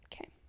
Okay